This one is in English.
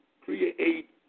create